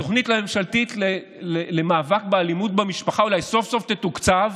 התוכנית הממשלתית למאבק באלימות במשפחה אולי סוף-סוף תתוקצב,